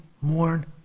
Mourn